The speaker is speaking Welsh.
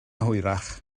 hwyrach